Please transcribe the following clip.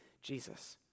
Jesus